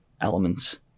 elements